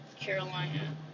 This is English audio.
Carolina